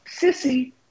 Sissy